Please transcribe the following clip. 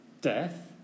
Death